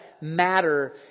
matter